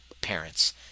parents